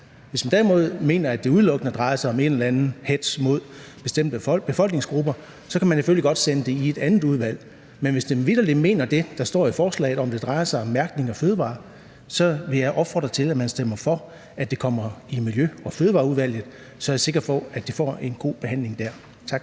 Hvis man derimod mener, at det udelukkende drejer sig om en eller anden hetz mod bestemte befolkningsgrupper, så kan man selvfølgelig godt sende det i et andet udvalg. Men hvis man vitterlig mener det, der står i forslaget, om, at det drejer sig om mærkning af fødevarer, så vil jeg opfordre til, at man stemmer for, at det kommer i Miljø- og Fødevareudvalget. Så er jeg sikker på, at det får en god behandling der. Tak.